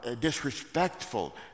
disrespectful